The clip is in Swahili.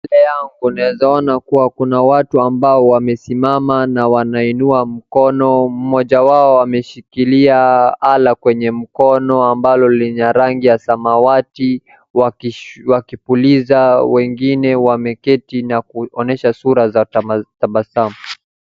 Mbele yangu naweza ona kuwa kuna watu wamesimama na wanainua mikono, mmoja wao ameshikilia ala kwenye mkono ambalo lina rangi ya samawati wakipuliza, wengine wameketi wakionyesha sura za tabasamu.